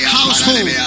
household